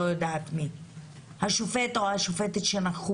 אני לא יודעת מי השופט או השופטת שנכחו